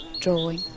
drawing